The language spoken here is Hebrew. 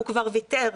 הוא כבר ויתר,